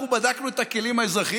אנחנו בדקנו את הכלים האזרחיים,